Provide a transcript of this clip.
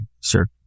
sure